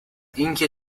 اینکه